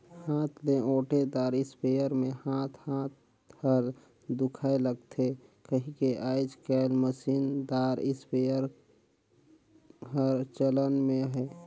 हाथ ले ओटे दार इस्पेयर मे हाथ हाथ हर दुखाए लगथे कहिके आएज काएल मसीन दार इस्पेयर हर चलन मे अहे